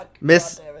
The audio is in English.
Miss